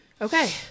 okay